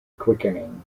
quickening